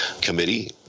committee